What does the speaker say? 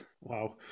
wow